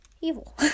evil